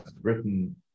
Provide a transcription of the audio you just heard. Britain